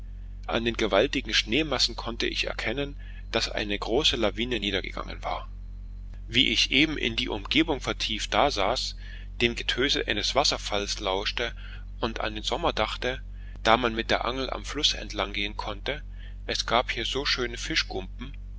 an den gewaltigen schneemassen konnte ich erkennen daß eine große lawine niedergegangen war wie ich eben in die umgebung vertieft dasaß dem getöse des wasserfalls lauschte und an den sommer dachte da man mit der angel am fluß entlang gehen konnte es gab hier so schöne